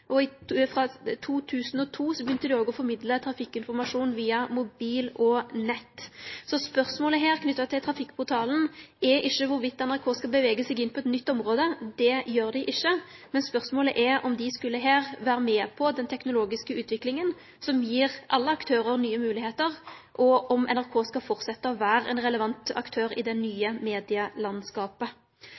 via Tekst-TV, og frå 2002 begynte dei òg å formidle trafikkinformasjon via mobil og nett. Så spørsmålet knytt til trafikkportalen er ikkje om NRK skal gi seg inn på eit nytt område – det gjer dei ikkje, men spørsmålet er om dei skulle vere med på den teknologiske utviklinga som gir alle aktørar nye moglegheiter, og om NRK skal halde fram med å vere ein relevant aktør i det nye medielandskapet.